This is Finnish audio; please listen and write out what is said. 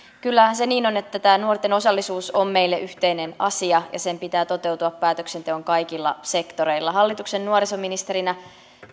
kyllähän se niin on että tämä nuorten osallisuus on meille yhteinen asia ja sen pitää toteutua päätöksenteon kaikilla sektoreilla hallituksen nuorisoministerinä